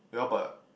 well but